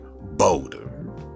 bolder